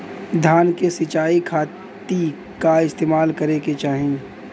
धान के सिंचाई खाती का इस्तेमाल करे के चाही?